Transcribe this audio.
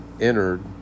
entered